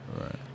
right